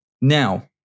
Now